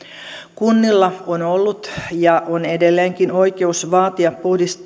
kunnilla on on ollut ja on edelleenkin oikeus vaatia